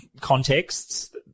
contexts